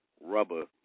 rubber